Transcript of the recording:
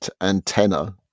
antenna